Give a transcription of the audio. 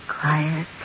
Quiet